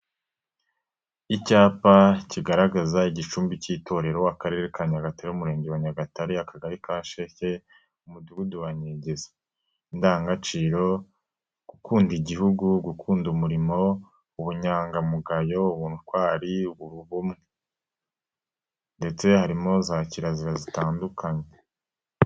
Icyapa kigaragaza igicumbi cy'itorero, Akarere ka Nyagatare, Umurenge wa Nyagatare, Akagari ka Nsheke, Umudugudu wa Nyegeza, indangagaciro, gukunda Igihugu, gukunda umurimo, ubunyangamugayo, ubutwari, ubumwe ndetse harimo za kirazira zitandukanye.